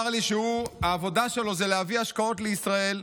העבודה שלו זה להביא השקעות לישראל.